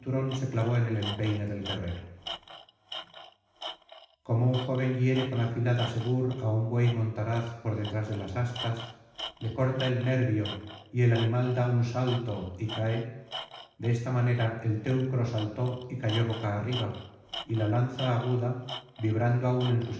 se clavó en el empeine del guerrero como un joven hiere con afilada segur á un buey montaraz por detrás de las astas le corta el nervio y el animal da un salto y cae de esta manera el teucro saltó y cayó boca arriba y la lanza aguda vibrando aún en sus